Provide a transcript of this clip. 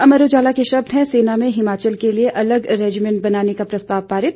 अमर उजाला के शब्द हैं सेना में हिमाचल के लिए अलग रेजिमेंट बनाने का प्रस्ताव पारित